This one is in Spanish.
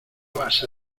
base